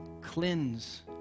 Cleanse